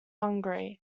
hungry